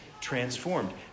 transformed